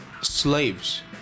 slaves